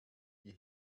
die